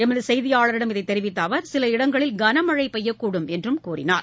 எமதசெய்தியாளரிடம் இதைத் தெரிவித்தஅவர் சில இடங்களில் கனமழைபெய்யக்கூடும் என்றும் கூறினார்